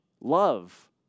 love